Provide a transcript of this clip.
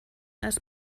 als